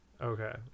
Okay